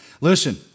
Listen